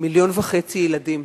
מיליון וחצי ילדים.